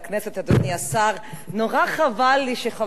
נורא חבל לי שחבר הכנסת בן-ארי יצא.